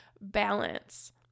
balance